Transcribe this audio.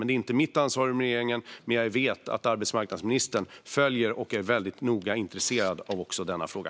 Det är inte mitt ansvar i regeringen, men jag vet att arbetsmarknadsministern följer detta och är väldigt intresserad och noggrann också när det gäller denna fråga.